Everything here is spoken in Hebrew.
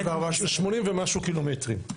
80 ומשהו קילומטרים,